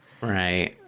Right